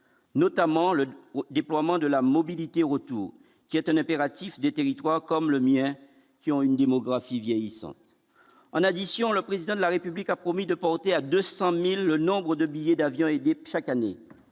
notamment le déploiement de la mobilité autour retour qui est un impératif des territoires comme le mien, qui ont une démographie vieillissante en addition, le président de la République a promis de porter à 200000 le nombre de billets d'avion et des chaque année,